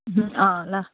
अँ ल